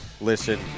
listen